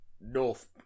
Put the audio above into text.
north